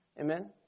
amen